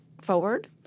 forward